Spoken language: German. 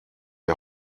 die